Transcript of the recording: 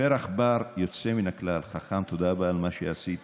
פרח בר יוצא מן הכלל, חכם, תודה רבה על מה שעשית.